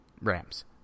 Rams